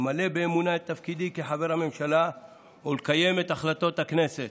למלא באמונה את תפקידי כחבר הממשלה ולקיים את החלטות הכנסת.